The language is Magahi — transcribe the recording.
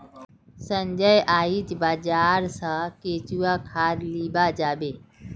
संजय आइज बाजार स केंचुआ खाद लीबा जाबे